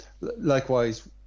likewise